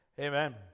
Amen